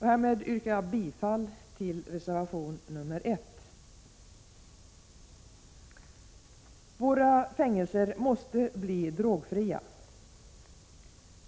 Härmed yrkar jag bifall till reservation nr 1. Våra fängelser måste bli drogfria.